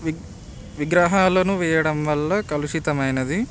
వి విగ్రహాలను వేయడం వల్ల కలుషితమైనది